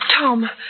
Tom